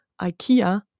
Ikea